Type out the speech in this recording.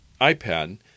iPad